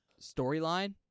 storyline